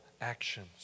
actions